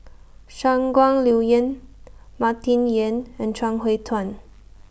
Shangguan Liuyun Martin Yan and Chuang Hui Tsuan